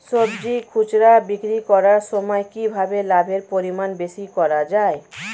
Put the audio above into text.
সবজি খুচরা বিক্রি করার সময় কিভাবে লাভের পরিমাণ বেশি করা যায়?